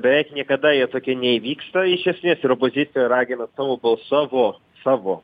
beveik niekada jie tokie neįvyksta iš esmės ir opozicija ragina savo bals savo savo